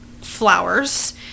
flowers